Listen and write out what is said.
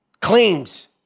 claims